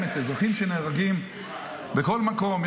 אזרחים נהרגים בכל מקום.